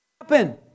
happen